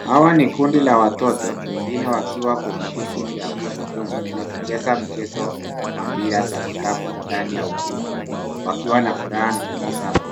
Hawa ni kundi la watoto, wengine wakiwa kwenye viti vya magurudumu wakicheza mchezo wa mpira za kikapu ndani ya ukumbi wakiwa na furaha na tabasamu.